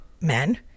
men